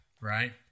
right